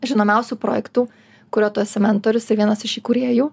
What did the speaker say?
žinomiausių projektų kuriuo tu esi mentorius ir vienas iš įkūrėjų